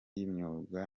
y’imyuga